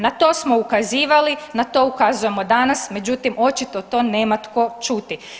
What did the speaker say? Na to smo ukazivali, na to ukazujemo danas, međutim očito to nema tko čuti.